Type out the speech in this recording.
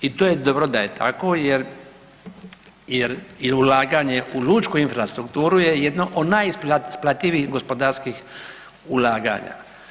I to je dobro da je tako, jer je ulaganje u lučku infrastrukturu je jedno od najisplativijih gospodarskih ulaganja.